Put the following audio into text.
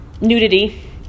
nudity